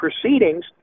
proceedings